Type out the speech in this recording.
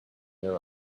their